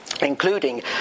including